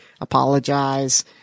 apologize